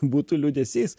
būtų liūdesys